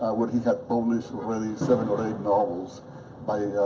when he had published already seven or eight novels by